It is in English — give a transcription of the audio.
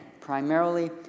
primarily